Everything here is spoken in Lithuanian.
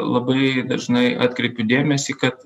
labai dažnai atkreipiu dėmesį kad